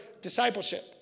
discipleship